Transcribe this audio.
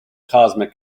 cosmic